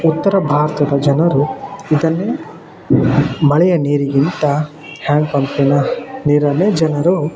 ಉತ್ತರ ಭಾರತದ ಜನರು ಇದನ್ನೆ ಮಳೆಯ ನೀರಿಗಿಂತ ಹ್ಯಾಂಡ್ ಪಂಪಿನ ನೀರನ್ನೇ ಜನರು